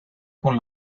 con